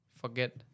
forget